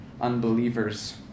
unbelievers